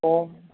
पोइ